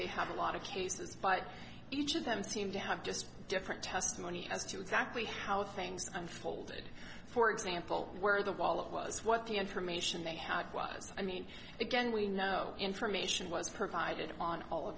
they have a lot of cases but each of them seem to have just different testimony as to exactly how things unfolded for example where the wallet was what the information they had was i mean again we know information was provided on